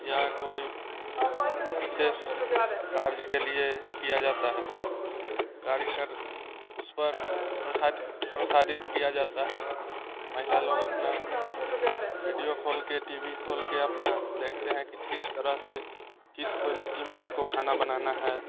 या कोई विशेष कार्य के लिए किया जाता है कार्य कर उस पर प्रसारित किया जाता है महिला लोग अपना रेडियो खोल के टी वी खोल के अपना देखते हैं कि किस तरह से किस क्वालिटी में हमको खाना बनाना है